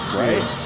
right